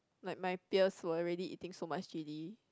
like my peers were already eating so much chilli